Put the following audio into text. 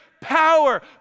power